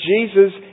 Jesus